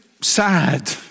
sad